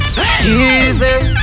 Easy